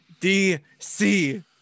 DC